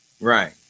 Right